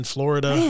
Florida